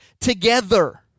together